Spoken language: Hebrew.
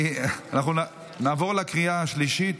אנחנו נעבור לקריאה השלישית.